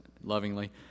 lovingly